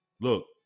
look